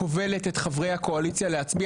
כובלת את חברי הקואליציה להצביע,